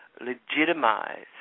Legitimize